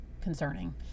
concerning